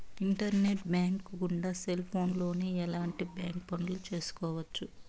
internet bank గుండా cell ఫోన్లోనే ఎలాంటి బ్యాంక్ పనులు చేసుకోవచ్చు